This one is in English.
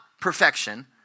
perfection